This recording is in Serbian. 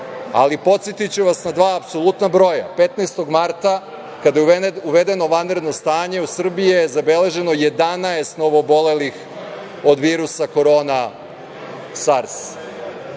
danas. Podsetiću vas na dva apsolutna broja. Dakle, 15. marta, kada je uvedeno vanredno stanje, u Srbiji je zabeleženo 11 novoobolelih od virusa Korona Sars.